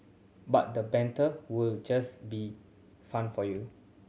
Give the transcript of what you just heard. but the banter will just be fun for you